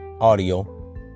audio